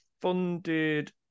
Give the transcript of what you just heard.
funded